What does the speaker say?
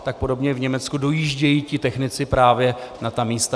Tak podobně v Německu dojíždějí technici právě na ta místa.